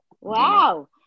Wow